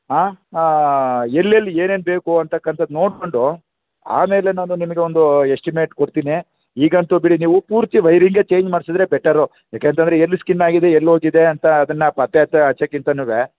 ಆಂ ಎಲ್ಲೆಲ್ಲಿ ಏನೇನು ಬೇಕು ಅಂತಕ್ಕಂಥದ್ದು ನೋಡಿಕೊಂಡು ಆಮೇಲೆ ನಾನು ನಿಮಗೆ ಒಂದು ಎಸ್ಟಿಮೇಟ್ ಕೊಡ್ತೀನಿ ಈಗಂತೂ ಬಿಡಿ ನೀವು ಪೂರ್ತಿ ವೈರಿಂಗೆ ಚೇಂಜ್ ಮಾಡಿಸಿದ್ರೆ ಬೆಟರು ಏಕೆಂತಂದ್ರೆ ಎಲ್ಲಿ ಸ್ಕಿನ್ ಆಗಿದೆ ಎಲ್ಲಿ ಹೋಗಿದೆ ಅಂತ ಅದನ್ನು ಪತ್ತೆ ಹಚ್ಚಿ ಹಚ್ಚಕ್ಕಿಂತನು